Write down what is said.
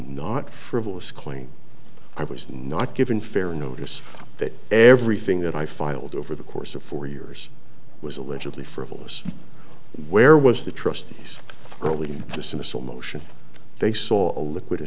not frivolous claim i was not given fair notice that everything that i filed over the course of four years was allegedly frivolous where was the trustees early dismissal motion they saw a liquid